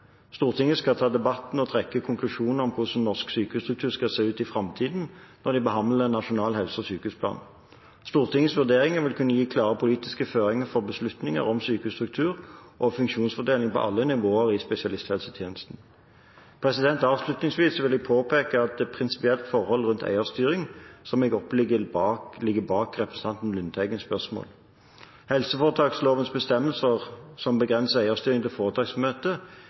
Stortinget skal ta debatten og trekke konklusjoner om hvordan norsk sykehusstruktur skal se ut i framtiden når de behandler Nasjonal helse- og sykehusplan. Stortingets vurderinger vil kunne gi klare politiske føringer for beslutninger om sykehusstruktur og funksjonsfordeling på alle nivåer i spesialisthelsetjenesten. Avslutningsvis vil jeg påpeke et prinsipielt forhold rundt eierstyring som jeg oppfatter at ligger bak representanten Lundteigens spørsmål. Helseforetakslovens bestemmelser som begrenser eierstyringen til